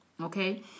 Okay